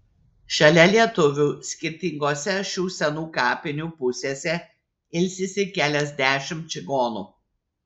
šalia lietuvių skirtingose šių senų kapinių pusėse ilsisi keliasdešimt čigonų